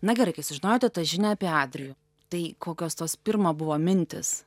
na gerai kai sužinojote tą žinią apie adrijų tai kokios tos pirma buvo mintys